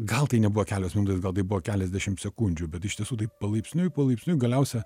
gal tai nebuvo kelios minutės gal tai buvo keliasdešimt sekundžių bet iš tiesų taip palaipsniui palaipsniui galiausia